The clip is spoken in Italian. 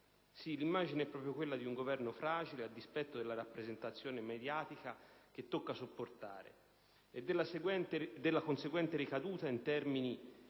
Sì, l'immagine è proprio quella di un Governo fragile, a dispetto della rappresentazione mediatica che tocca sopportare e della conseguente ricaduta in termini